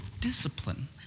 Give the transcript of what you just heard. discipline